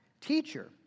teacher